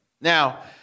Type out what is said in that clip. Now